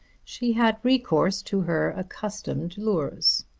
she had recourse to her accustomed lures.